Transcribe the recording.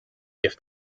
gift